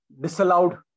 disallowed